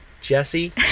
Jesse